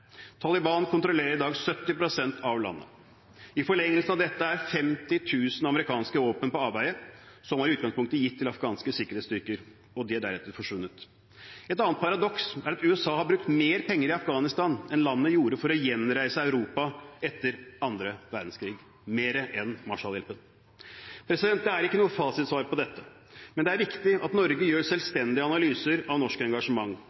Taliban kontrollerer i dag 70 pst. av landet. I forlengelsen av dette er 50 000 amerikanske våpen på avveie. De var i utgangspunktet gitt til afghanske sikkerhetsstyrker, og de er deretter forsvunnet. Et annet paradoks er at USA har brukt mer penger i Afghanistan enn landet gjorde for å gjenreise Europa etter den andre verdenskrig – mer enn Marshallhjelpen. Det er ikke noe fasitsvar på dette, men det er viktig at Norge foretar selvstendige analyser av norsk engasjement,